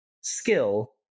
skill